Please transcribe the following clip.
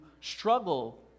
struggle